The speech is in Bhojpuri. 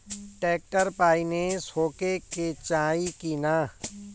ट्रैक्टर पाईनेस होखे के चाही कि ना?